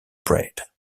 spread